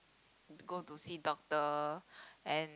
go to see doctor and